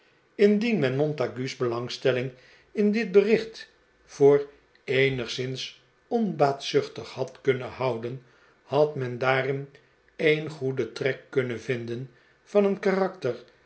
indien men montague's belangstelling in dit bericht voor eenigszins onbaatzuchtig had kunnen houden had men daarin een goeden trek kunnen vinden van een karakter